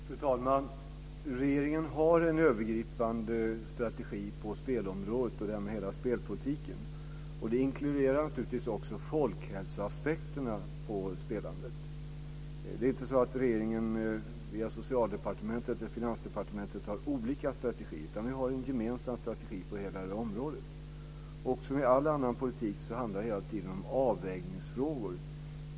Fru talman! Regeringen har en övergripande strategi på spelområdet och därmed för hela spelpolitiken. Den inkluderar naturligtvis också folkhälsoaspekterna på spelandet. Det är inte så att regeringen har olika strategier via Socialdepartementet och Finansdepartementet. Vi har en gemensam strategi på hela området. Som i all annan politik handlar det om avvägningsfrågor.